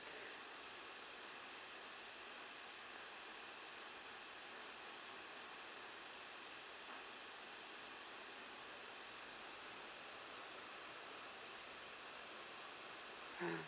mm